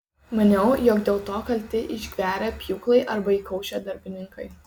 maniau jog dėl to kalti išgverę pjūklai arba įkaušę darbininkai